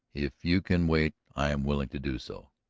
if you can wait i am willing to do so.